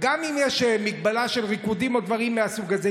וגם אם יש מגבלה של ריקודים או דברים מהסוג הזה,